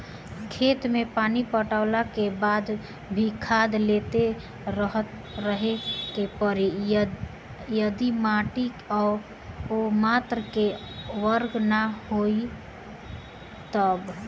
खेत मे पानी पटैला के बाद भी खाद देते रहे के पड़ी यदि माटी ओ मात्रा मे उर्वरक ना होई तब?